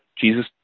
Jesus